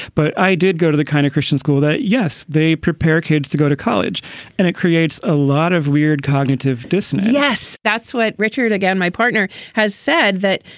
but i did go to the kind of christian school that, yes, they prepare kids to go to college and it creates a lot of weird cognitive dissonance yes, that's what richard, again, my partner has said that,